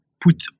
put